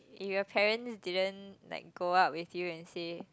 if your parents didn't like go out with you and say